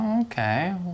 Okay